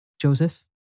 Joseph